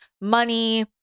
money